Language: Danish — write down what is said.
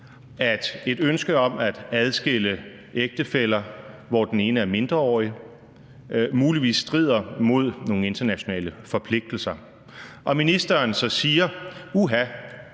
at et ønske om at adskille ægtefæller, hvor den ene er mindreårig, muligvis strider mod nogle internationale forpligtelser, og ministeren så siger: Uha,